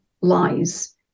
lies